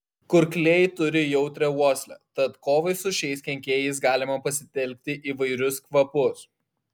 kurkliai turi jautrią uoslę tad kovai su šiais kenkėjais galima pasitelkti įvairius kvapus